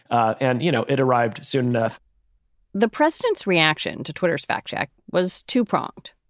and, you know, it arrived soon enough the president's reaction to twitter's fact check was two pronged.